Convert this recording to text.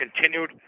continued